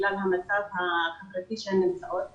בגלל המצב החברתי שהן נמצאות בו.